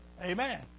Amen